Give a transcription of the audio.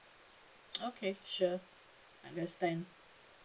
okay sure understand